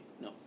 No